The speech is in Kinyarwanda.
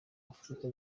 afurika